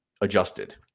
adjusted